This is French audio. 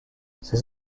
ses